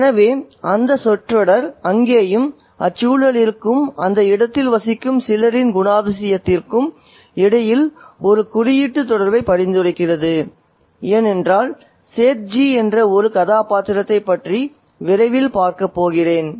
எனவே அந்த சொற்றொடர் அங்கேயும் அச்சூழலிற்கும் அந்த இடத்தில் வசிக்கும் சிலரின் குணாதிசயத்திற்கும் இடையில் ஒரு குறியீட்டு தொடர்பை பரிந்துரைக்கிறேன் ஏனென்றால் சேத்ஜி என்ற ஒரு கதாபாத்திரத்தைப் பற்றி விரைவில் பார்க்கப்போகிறோம்